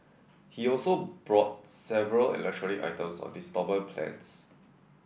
he also brought several electronic items on instalment plans